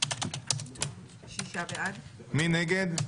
מי נגד?